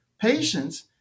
patients